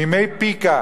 מימי פיק"א,